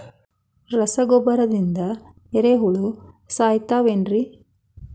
ರಸಗೊಬ್ಬರದಿಂದ ಏರಿಹುಳ ಸಾಯತಾವ್ ಏನ್ರಿ?